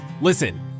Listen